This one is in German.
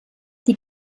die